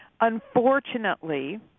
unfortunately